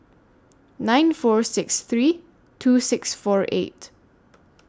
nine four six three two six four eight